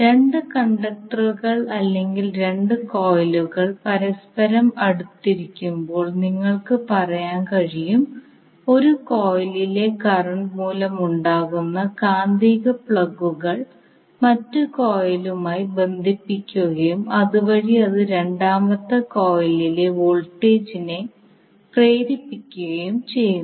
രണ്ട് കണ്ടക്ടറുകൾ അല്ലെങ്കിൽ രണ്ട് കോയിലുകൾ പരസ്പരം അടുത്തിരിക്കുമ്പോൾ നിങ്ങൾക്ക് പറയാൻ കഴിയും ഒരു കോയിലിലെ കറന്റ് മൂലമുണ്ടാകുന്ന കാന്തിക പ്ലഗുകൾ മറ്റ് കോയിലുമായി ബന്ധിപ്പിക്കുകയും അതുവഴി ഇത് രണ്ടാമത്തെ കോയിലിലെ വോൾട്ടേജിനെ പ്രേരിപ്പിക്കുകയും ചെയ്യുന്നു